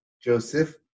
Joseph